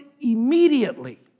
immediately